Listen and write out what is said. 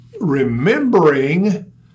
remembering